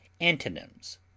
Antonyms